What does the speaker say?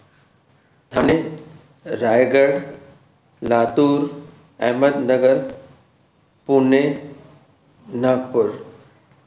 Thane Raigad Latur Ahmednagar Pune Nagpur